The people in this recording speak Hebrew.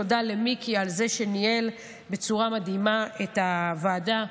תודה למיקי על זה שניהל בצורה מדהימה את הוועדה.